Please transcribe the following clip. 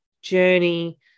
journey